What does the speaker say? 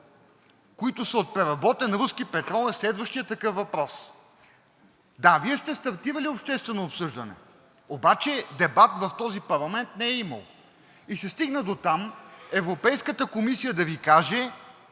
които са от преработен руски петрол, е следващият такъв въпрос. Да, Вие сте стартирали обществено обсъждане, обаче дебат в този парламент не е имало. И се стигна дотам Европейската комисия да Ви каже,